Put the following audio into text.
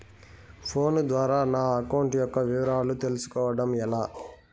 Phone ద్వారా నా account యొక్క వివరాలు తెలుస్కోవడం ఎలా?